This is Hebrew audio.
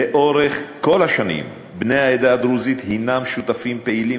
לאורך כל השנים בני העדה הדרוזית הנם שותפים פעילים